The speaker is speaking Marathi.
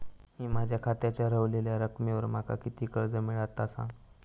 मी माझ्या खात्याच्या ऱ्हवलेल्या रकमेवर माका किती कर्ज मिळात ता सांगा?